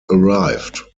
arrived